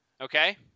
Okay